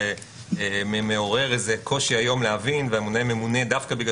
גם אם הנימוקים לא הכרחיים לעניינו לצורך